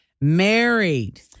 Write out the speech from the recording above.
married